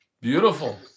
Beautiful